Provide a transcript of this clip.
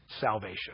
Salvation